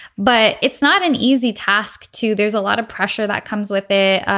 but it's not an easy task too there's a lot of pressure that comes with it.